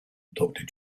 doctor